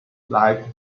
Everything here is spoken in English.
like